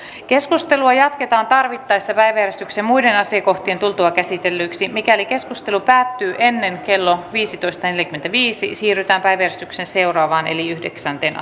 keskustelua jatketaan tarvittaessa päiväjärjestyksen muiden asiakohtien tultua käsitellyiksi mikäli keskustelu päättyy ennen kello viisitoista neljäkymmentäviisi siirrytään päiväjärjestyksen seuraavaan eli yhdeksänteen